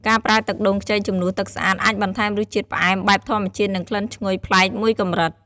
ការប្រើទឹកដូងខ្ចីជំនួសទឹកស្អាត អាចបន្ថែមរសជាតិផ្អែមបែបធម្មជាតិ និងក្លិនឈ្ងុយប្លែកមួយកម្រិត។